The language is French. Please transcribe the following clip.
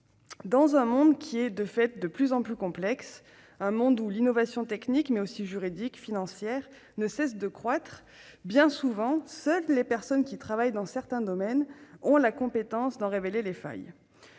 Dans un monde qui, de fait, est de plus en plus complexe, un monde où l'innovation technique, mais aussi juridique et financière ne cesse de croître, bien souvent, seules les personnes qui travaillent dans certains domaines ont la compétence d'en révéler les failles.